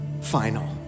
final